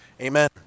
Amen